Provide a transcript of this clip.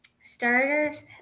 starters